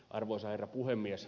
arvoisa herra puhemies